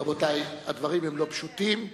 רבותי, הדברים לא פשוטים.